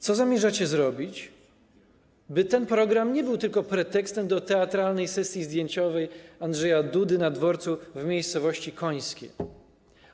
Co zamierzacie zrobić, by ten program nie był tylko pretekstem do teatralnej sesji zdjęciowej Andrzeja Dudy na dworcu w miejscowości Końskie?